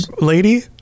lady